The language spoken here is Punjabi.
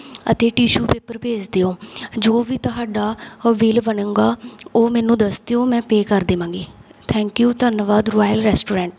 ਅਤੇ ਟੀਸ਼ੂ ਪੇਪਰ ਭੇਜ ਦਿਓ ਜੋ ਵੀ ਤੁਹਾਡਾ ਬਿੱਲ ਬਣੇਗਾ ਉਹ ਮੈਨੂੰ ਦੱਸ ਦਿਓ ਮੈਂ ਪੇਅ ਕਰ ਦੇਵਾਂਗੀ ਥੈਂਕ ਯੂ ਧੰਨਵਾਦ ਰੋਆਇਲ ਰੈਸਟੋਰੈਂਟ